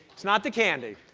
it's not the candy,